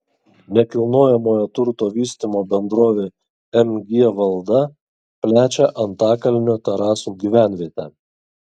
nekilnojamojo turto vystymo bendrovė mg valda plečia antakalnio terasų gyvenvietę